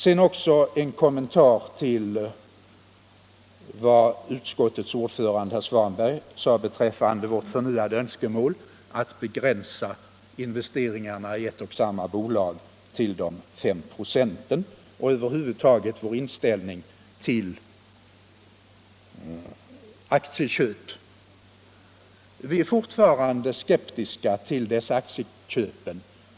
Sedan också en kommentar till vad utskottets ordförande sade beträffande vårt förnyade önskemål att begränsa investeringarna i ett och samma bolag till de 5 procenten och över huvud taget om vår inställning till aktieköp. Vi är fortfarande skeptiska till aktieköpen.